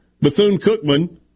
Bethune-Cookman